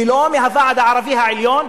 ולא הוועד הערבי העליון,